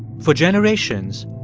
for generations,